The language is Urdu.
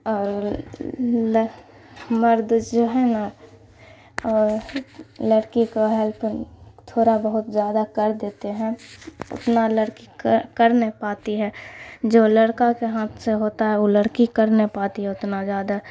اور مرد جو ہے نا اور لڑکی کو ہیلپ تھوڑا بہت زیادہ کر دیتے ہیں اتنا لڑکی کر کر نہیں پاتی ہے جو لڑکا کے ہاتھ سے ہوتا ہے وہ لڑکی کر نہیں پاتی ہے اتنا زیادہ